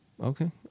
Okay